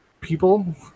people